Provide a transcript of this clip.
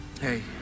Hey